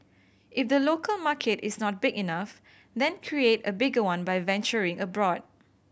if the local market is not big enough then create a bigger one by venturing abroad